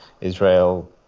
Israel